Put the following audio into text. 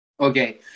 Okay